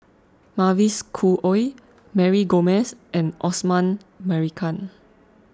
Mavis Khoo Oei Mary Gomes and Osman Merican